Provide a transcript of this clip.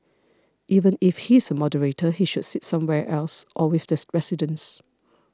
even if he is a moderator he should sit somewhere else or with this residents